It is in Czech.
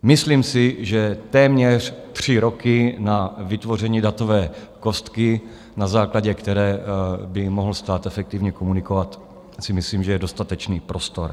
Myslím si, že téměř tři roky na vytvoření datové kostky, na základě které by mohl stát efektivně komunikovat, je dostatečný prostor.